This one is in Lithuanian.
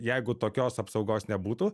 jeigu tokios apsaugos nebūtų